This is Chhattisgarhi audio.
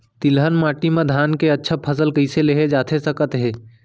तिलहन माटी मा धान के अच्छा फसल कइसे लेहे जाथे सकत हे?